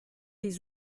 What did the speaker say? des